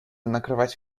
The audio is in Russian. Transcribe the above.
накрывать